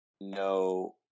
no